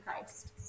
Christ